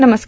नमस्कार